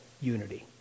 unity